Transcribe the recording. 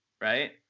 right